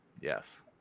Yes